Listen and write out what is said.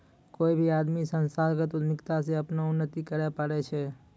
कोय भी आदमी संस्थागत उद्यमिता से अपनो उन्नति करैय पारै छै